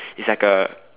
is like a